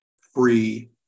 free